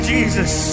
Jesus